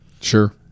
Sure